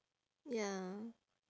ya